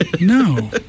No